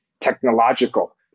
technological